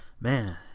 man